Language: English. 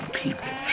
people